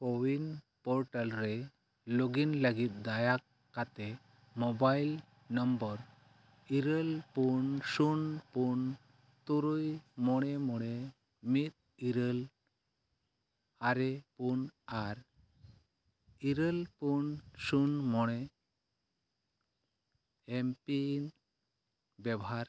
CoWIN portal ᱨᱮ login ᱞᱟᱹᱜᱤᱫ ᱫᱟᱭᱟ ᱠᱟᱛᱮᱫ ᱢᱳᱵᱟᱭᱤᱞ ᱱᱟᱢᱵᱟᱨ ᱤᱨᱟᱹᱞ ᱯᱩᱱ ᱥᱩᱱ ᱯᱩᱱ ᱛᱩᱨᱩᱭ ᱢᱚᱬᱮ ᱢᱚᱬᱮ ᱢᱤᱫ ᱤᱨᱟᱹᱞ ᱟᱨᱮ ᱯᱩᱱ ᱟᱨ ᱤᱨᱟᱹᱞ ᱯᱩᱱ ᱥᱩᱱ ᱢᱚᱬᱮ ᱮᱢᱯᱤᱱ ᱵᱮᱵᱷᱟᱨ